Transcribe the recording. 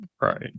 Right